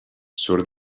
surt